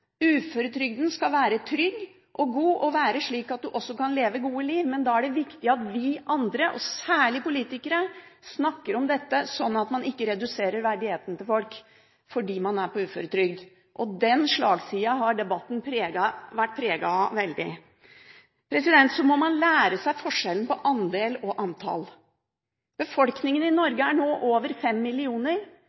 Uføretrygden skal være trygg og god og slik at man kan leve et godt liv, men da er det viktig at vi andre – og særlig politikere – snakker om dette sånn at man ikke reduserer verdigheten til folk fordi de er på uføretrygd. Den slagsiden har debatten vært veldig preget av. Så må man lære seg forskjellen på andel og antall. Befolkningen i Norge er nå på over fem millioner.